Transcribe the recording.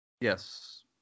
Yes